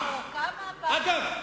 אגב,